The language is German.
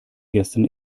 gestern